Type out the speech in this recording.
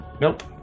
Nope